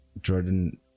Jordan